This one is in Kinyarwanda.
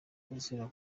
bazira